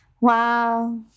Wow